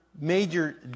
major